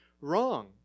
wrong